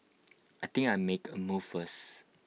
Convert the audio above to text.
I think I make A move first